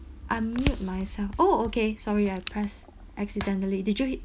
I mute myself oh okay sorry I press accidentally did you h~